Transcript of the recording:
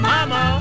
Mama